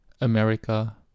America